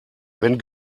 wenn